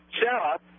Sarah